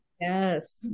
Yes